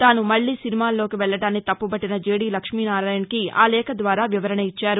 తాను మళ్ళీ సినిమాల్లోకి వెళ్ళడాన్ని తప్పుపట్టిన జెడి లక్ష్మీనారాయణకి ఆలేఖ ద్వారా వివరణ ఇచ్చారు